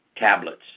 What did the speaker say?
tablets